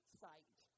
sight